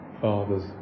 father's